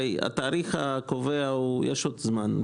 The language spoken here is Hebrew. הרי התאריך הקובע יש עוד זמן?